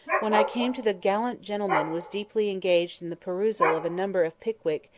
when i came to the gallant gentleman was deeply engaged in the perusal of a number of pickwick,